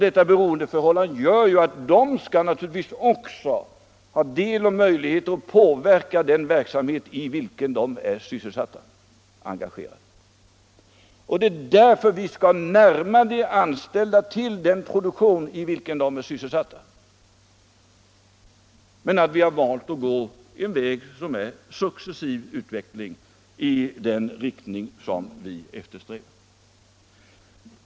Detta beroendeförhållande gör att de naturligtvis också skall ha möjlighet att påverka den verksamhet i vilken de är sysselsatta och engagerade. Det är därför vi skall närma de anställda till den produktion i vilken de är sysselsatta. Men vi har valt en väg som innebär successiv utveckling i den riktning vi eftersträvar.